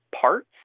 parts